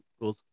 good